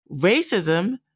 Racism